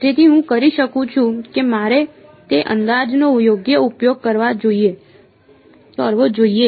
તેથી હું કરી શકું છું કે મારે તે અંદાજનો યોગ્ય ઉપયોગ કરવો જોઈએ